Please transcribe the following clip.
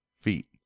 feet